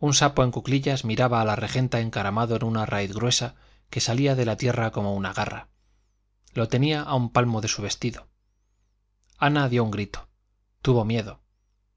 un sapo en cuclillas miraba a la regenta encaramado en una raíz gruesa que salía de la tierra como una garra lo tenía a un palmo de su vestido ana dio un grito tuvo miedo